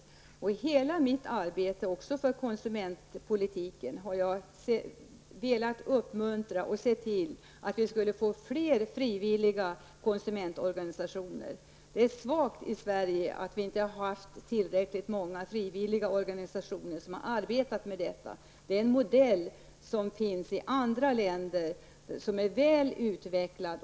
Hela tiden har jag i mitt arbete, och det gäller då också konsumentpolitiken, velat uppmuntra till fler frivilliga konsumentorganisationer. Det är svagt att det i Sverige inte har funnits tillräckligt många frivilliga organisationer som har arbetat med dessa frågor. Den här modellen finns i andra länder och är där väl utvecklad.